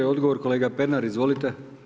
Odgovor kolega Pernar, izvolite.